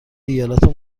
ایالات